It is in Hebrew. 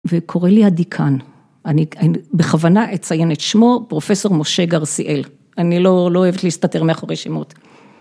וקורא לי הדיקן, אני בכוונה אציין את שמו פרופסור משה גרסיאל, אני לא אוהבת להסתתר מאחורי שמות.